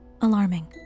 alarming